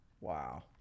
Wow